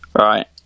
Right